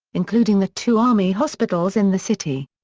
including the two army hospitals in the city.